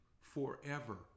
forever